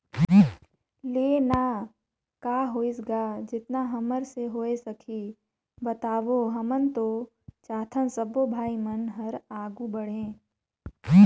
ले ना का होइस गा जेतना हमर से होय सकही बताबो हमन तो चाहथन सबो भाई मन हर आघू बढ़े